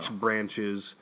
branches